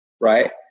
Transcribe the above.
right